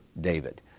David